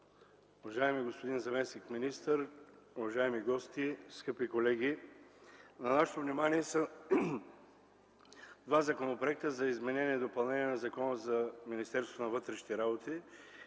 Уважаеми господин заместник-министър, уважаеми гости, скъпи колеги, на нашето внимание са два законопроекта за изменение и допълнение на Закона за Министерството на вътрешните работи.